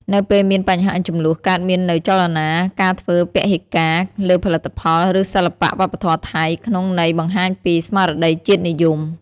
នៅពេលមានបញ្ហាជម្លោះ កើតមាននូវចលនា ការធ្វើពហិការ លើផលិតផល ឬសិល្បៈវប្បធម៌ថៃ ក្នុងន័យបង្ហាញពី ស្មារតីជាតិនិយម។